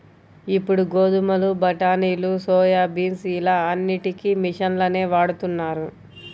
ఇప్పుడు గోధుమలు, బఠానీలు, సోయాబీన్స్ ఇలా అన్నిటికీ మిషన్లనే వాడుతున్నారు